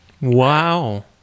Wow